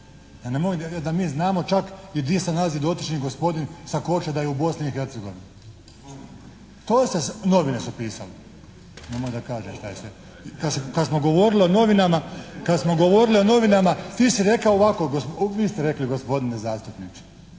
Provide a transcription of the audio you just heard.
Da mi znamo čak i gdje se nalazi dotični gospodin sa Korčule? Da je u Bosni i Hercegovini. … /Upadica se ne razumije./ … To se, novine su pisale. Nemoj da kažem šta je sve. Kad smo govorili o novinama ti si rekao ovako, vi ste rekli gospodine zastupniče.